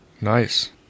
nice